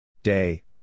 Day